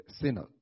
sinner